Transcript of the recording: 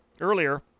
earlier